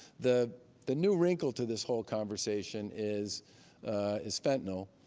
the the new wrinkle to this whole conversation is is fentanyl.